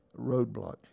roadblock